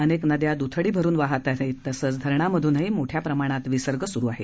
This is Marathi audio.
अनेक नद्या द्थडी भरुन वाहत आहेत तसंच धरणांमधूनही मोठ्या प्रमाणात विसर्ग सुरु आहे